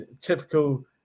typical